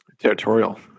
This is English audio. Territorial